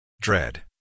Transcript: Dread